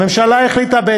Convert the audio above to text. הממשלה החליטה, א.